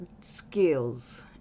Skills